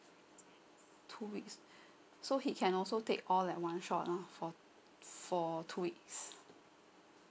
two weeks so he can also take all like one shot lah for for two weeks